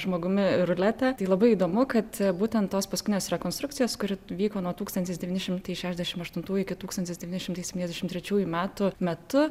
žmogumi rulete tai labai įdomu kad būtent tos paskutinės rekonstrukcijos kuri vyko nuo tūkstantis devyni šimtai šešdešim aštuntų iki tūkstantis devyni šimtai septyniasdešim trečiųjų metų metu